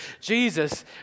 Jesus